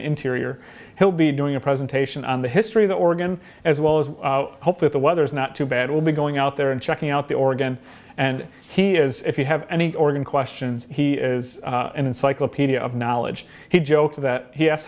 the interior he'll be doing a presentation on the history of the organ as well as hope if the weather is not too bad we'll be going out there and checking out the organ and he is if you have any organ questions he is an encyclopedia of knowledge he jokes that he asked